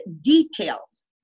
details